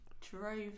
drove